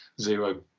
zero